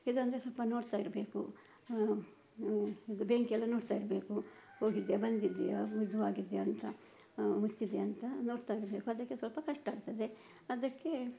ಇದೆಂದ್ರೆ ಸ್ವಲ್ಪ ನೋಡ್ತಾಯಿರಬೇಕು ಇದು ಬೆಂಕಿಯೆಲ್ಲ ನೋಡ್ತಾಯಿರ್ಬೇಕು ಹೋಗಿದ್ಯಾ ಬಂದಿದೆಯಾ ಮೃದು ಆಗಿದೆಯಾ ಅಂತ ಮುಚ್ಚಿದೆಯಾ ಅಂತ ನೋಡ್ತಾಯಿರ್ಬೇಕು ಅದಕ್ಕೆ ಸ್ವಲ್ಪ ಕಷ್ಟ ಆಗ್ತದೆ ಅದಕ್ಕೆ